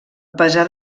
pesar